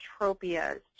tropias